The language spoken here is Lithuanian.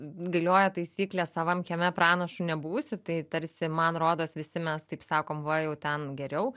galioja taisyklė savam kieme pranašu nebūsi tai tarsi man rodos visi mes taip sakom va jau ten geriau